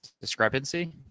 discrepancy